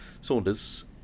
Saunders